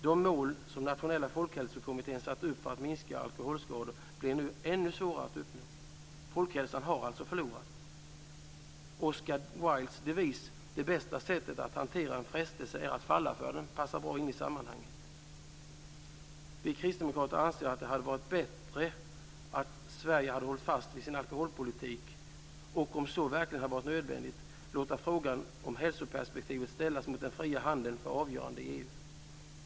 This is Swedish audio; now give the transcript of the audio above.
De mål som Nationella folkhälsokommittén satt upp för att minska alkoholskador blir nu ännu svårare att uppnå. Folkhälsan har alltså förlorat. Oscar Wildes devis "Det bästa sättet att hantera en frestelse är att falla för den" passar bra in i sammanhanget. Vi kristdemokrater anser att det hade varit bättre om Sverige hållit fast vid sin alkoholpolitik och, om så verkligen varit nödvändigt, låtit frågan om hälsoperspektivet ställas mot den fria handeln för avgörande i EU.